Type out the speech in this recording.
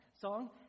song